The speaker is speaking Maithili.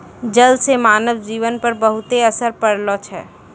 जल से मानव जीवन पर बहुते असर पड़लो छै